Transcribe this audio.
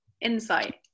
insight